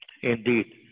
Indeed